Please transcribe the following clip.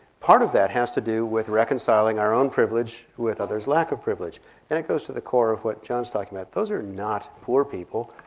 part of that has to do with reconciling our own privilege with others lack of privilege and it goes to the core of what john's talking about, those are not poor people,